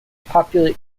populate